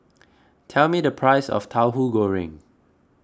tell me the price of Tauhu Goreng